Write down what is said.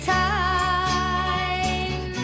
time